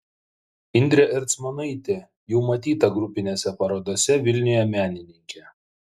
indrė ercmonaitė jau matyta grupinėse parodose vilniuje menininkė